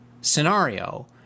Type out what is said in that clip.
scenario